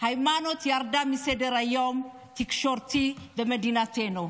היימנוט ירדה מסדר-היום התקשורתי במדינתנו.